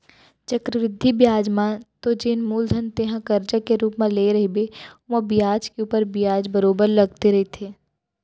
चक्रबृद्धि बियाज म तो जेन मूलधन तेंहा करजा के रुप म लेय रहिबे ओमा बियाज के ऊपर बियाज बरोबर लगते रहिथे